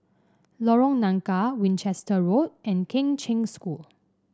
Lorong Nangka Winchester Road and Kheng Cheng School